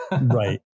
Right